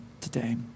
today